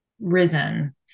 risen